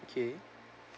okay